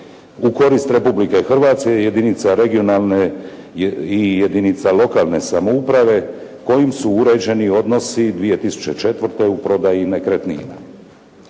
u korist Republike Hrvatske, jedinica regionalne i jedinica lokalne samouprave kojim su uređeni odnosi 2004. u prodaju nekretnina.